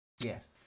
Yes